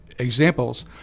examples